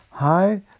Hi